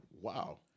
Wow